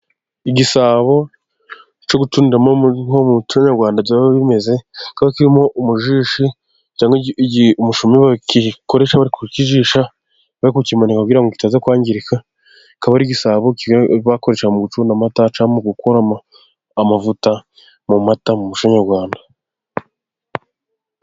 Igisabo cyo gucunda nko muco nyarwanda ukuntu biba bimeze, kirimo umujishi umushu bakoresha kukijisha bari kukimanika kugira ngo kitaza kwangirika. Akaba ari igisabo bakoresha mu gucunda amata cyangwa mu gukuramo amavuta mu mata mu muco nyarwanda.